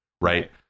right